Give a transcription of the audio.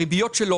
הריביות שלו,